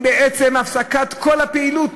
היא בעצם הפסקת כל הפעילות